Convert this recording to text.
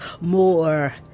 more